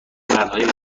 مردان